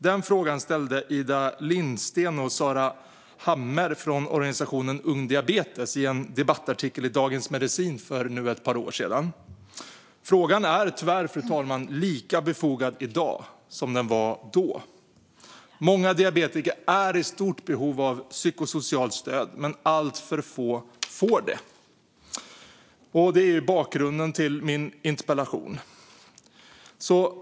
Den frågan ställde Ida Lindstén och Sara Hammer från organisationen Ung Diabetes i en debattartikel i Dagens Medicin för ett par år sedan. Tyvärr är frågan lika befogad i dag som den var då. Många diabetiker är i stort behov av psykosocialt stöd, men alltför få får det. Detta är bakgrunden till min interpellation.